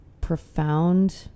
profound